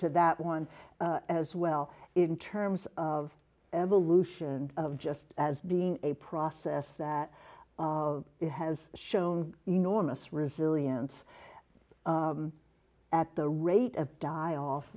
to that one as well in terms of evolution of just as being a process that has shown enormous resilience at the rate of die off